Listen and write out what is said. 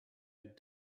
had